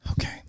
Okay